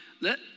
let